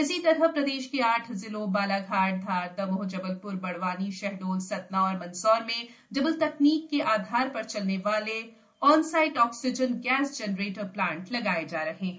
इसी तरह प्रदेश के आठ जिलों बालाघाट धार दमोह जबलपुर बड़वानी शहडोल सतना और मंदसौर में डेबेल तकनीक के आधार पर चलने वाले onsite oxygen gas generator plant लगाए जा रहे हैं